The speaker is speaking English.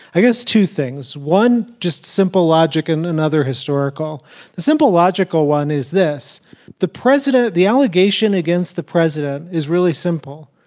i guess two things. one, just simple logic and another, historical. the simple logical one is this the president the allegation against the president is really simple,